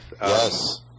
yes